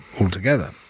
altogether